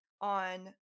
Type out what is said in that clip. on